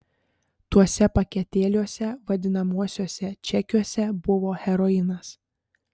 tuose paketėliuose vadinamuosiuose čekiuose buvo heroinas